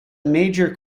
major